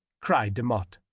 cried demotte.